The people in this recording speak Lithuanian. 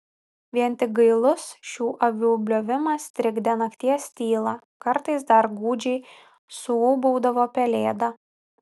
vien tik gailus šių avių bliovimas trikdė nakties tylą kartais dar gūdžiai suūbaudavo pelėda